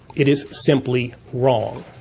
it is simply wrong.